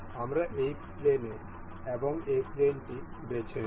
আমরা এই প্লেন এবং এই প্লেনটিকে বেছে নেব